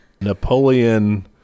Napoleon